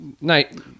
night